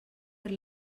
per